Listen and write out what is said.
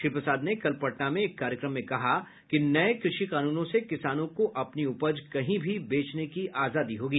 श्री प्रसाद ने कल पटना में एक कार्यक्रम में कहा कि नये कृषि कानूनों से किसानों को अपनी उपज कहीं भी बेचने की आजादी होगी